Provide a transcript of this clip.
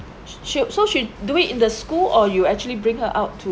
she she~ so she do it in the school or you actually bring her out to